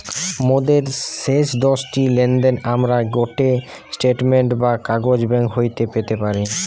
মোদের শেষ দশটি লেনদেনের আমরা গটে স্টেটমেন্ট বা কাগজ ব্যাঙ্ক হইতে পেতে পারি